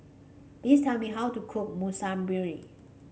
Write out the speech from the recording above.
please tell me how to cook Monsunabe